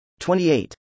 28